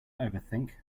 overthink